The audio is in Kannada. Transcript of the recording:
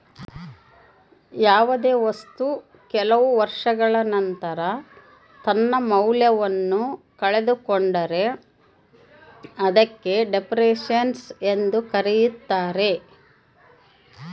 ಯಾವುದೇ ವಸ್ತು ಕೆಲವು ವರ್ಷಗಳ ನಂತರ ತನ್ನ ಮೌಲ್ಯವನ್ನು ಕಳೆದುಕೊಂಡರೆ ಅದಕ್ಕೆ ಡೆಪ್ರಿಸಸೇಷನ್ ಎಂದು ಕರೆಯುತ್ತಾರೆ